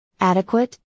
Adequate